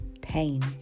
pain